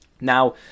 Now